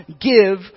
give